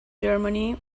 germany